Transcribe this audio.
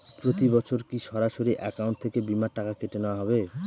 প্রতি বছর কি সরাসরি অ্যাকাউন্ট থেকে বীমার টাকা কেটে নেওয়া হবে?